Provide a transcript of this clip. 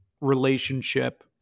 relationship